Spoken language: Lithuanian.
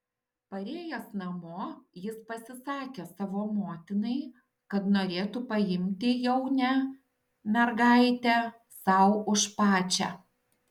parėjęs namo jis pasisakė savo motinai kad norėtų paimti jaunę mergaitę sau už pačią